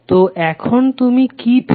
তো এখন তুমি কি পেলে